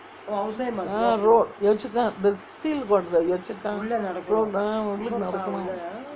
ah road yio chu kang there still got the yio chu kang road உள்ளே நடக்கணும்:ullae nadakanum